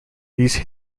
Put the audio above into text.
these